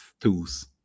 tools